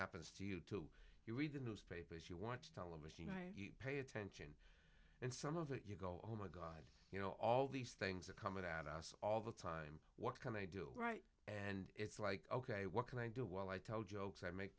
happens to you too you read the newspapers you watch television pay attention and some of it you go oh my god you know all these things are coming at us all the time what can i do right and it's like ok what can i do while i tell jokes i